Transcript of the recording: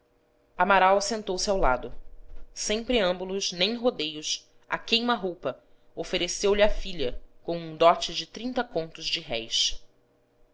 amaral sentou-se ao lado sem preâmbulos nem rodeios à queima-roupa ofereceu-lhe a filha com um dote de trinta contos de réis